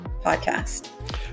podcast